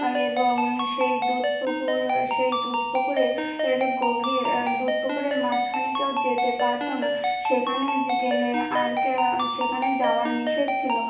এবং সেই দুধ পুকুর সেই দুধ পুকুরে এর গভীর দুধ পুকুরের মাঝখানে কেউ যেতে পারতো না সেখানে গেলে আর কেউ সেখানে যাওয়ার নিষেধচ্ছিলো